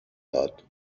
داد